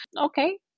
Okay